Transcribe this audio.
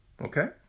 okay